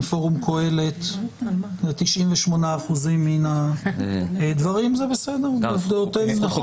פורום קהלת ב-98% מהדברים וזה בסדר גמור.